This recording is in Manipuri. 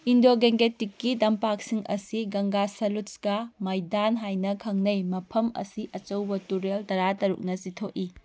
ꯏꯟꯗꯣ ꯒꯦꯡꯒꯦꯇꯤꯛꯀꯤ ꯇꯝꯄꯥꯛꯁꯤꯡ ꯑꯁꯤ ꯒꯪꯒꯥ ꯁꯦꯠꯂꯨꯁꯀ ꯃꯥꯏꯗꯥꯟ ꯍꯥꯏꯅ ꯈꯪꯅꯩ ꯃꯐꯝ ꯑꯁꯤ ꯑꯆꯧꯕ ꯇꯨꯔꯦꯜ ꯇꯔꯥꯇꯔꯨꯛꯅ ꯆꯤꯊꯣꯛꯏ